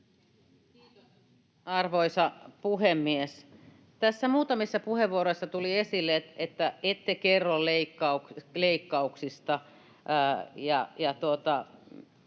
arvoisa puhemies! Tässä muutamissa puheenvuoroissa tuli esille, että ”ette kerro leikkauksista”.